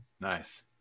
Nice